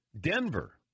Denver